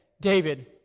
David